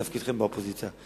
זה תפקידכם באופוזיציה.